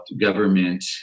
government